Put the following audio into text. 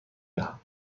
دهم